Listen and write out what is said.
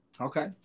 Okay